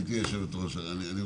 גברתי היושבת-ראש, יש